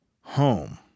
home